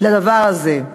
לדבר הזה.